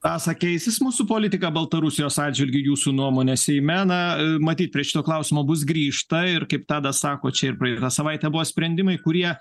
rasa keisis mūsų politika baltarusijos atžvilgiu jūsų nuomone seime na matyt prie šito klausimo bus grįžta ir kaip tadas sako čia ir praeitą savaitę buvo sprendimai kurie